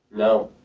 no.